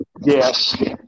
Yes